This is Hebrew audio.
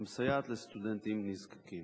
המסייעת לסטודנטים נזקקים.